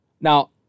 Now